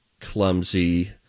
clumsy